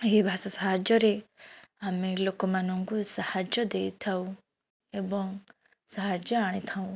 ଏହି ଭାଷା ସାହାଯ୍ୟରେ ଆମେ ଲୋକମାନଙ୍କୁ ସାହାଯ୍ୟ ଦେଇଥାଉ ଏବଂ ସାହାଯ୍ୟ ଆଣିଥାଉ